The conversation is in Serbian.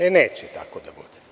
E, neće tako da bude.